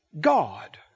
God